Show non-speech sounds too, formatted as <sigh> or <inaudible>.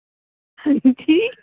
<unintelligible>